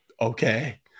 okay